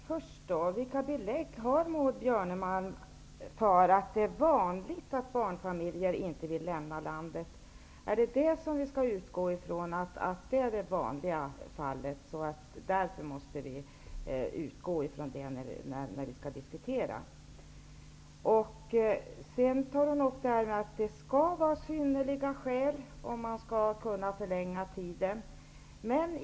Herr talman! Vilka belägg har Maud Björnemalm för att det är vanligt att barnfamiljer inte vill lämna landet? Skall vi utgå ifrån att det är det vanligaste fallet, när vi skall föra diskussionen? Maud Björnemalm sade att det skall föreligga synnerliga skäl om tiden skall kunna förlängas.